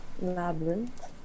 labyrinth